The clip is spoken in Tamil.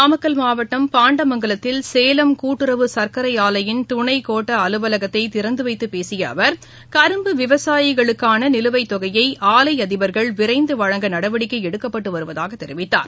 நாமக்கல் மாவட்டம் பாண்டமங்கலத்தில் சேலம் கூட்டுறவு சர்க்கரை ஆலையின் துணை கோட்ட அலுவலகத்தை திறந்துவைத்துப் பேசிய அவர் கரும்பு விவசாயிகளுக்கான நிலுவைத் தொகையை ஆலை அதிபர்கள் விரைந்து வழங்க நடவடிக்கை எடுக்கப்பட்டு வருவதாகத் தெரிவித்தார்